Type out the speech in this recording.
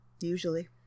Usually